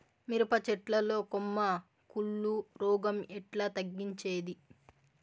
మిరప చెట్ల లో కొమ్మ కుళ్ళు రోగం ఎట్లా తగ్గించేది?